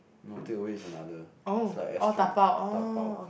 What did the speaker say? no takeaway is another is like asterisk dabao